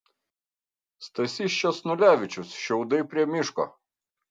stasys sčesnulevičius šiaudai prie miško